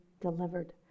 delivered